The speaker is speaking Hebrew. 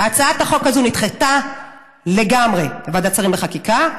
הצעת החוק הזאת נדחתה לגמרי בוועדת השרים לחקיקה.